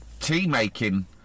tea-making